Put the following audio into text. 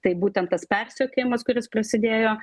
tai būtent tas persekiojimas kuris prasidėjo